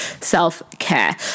self-care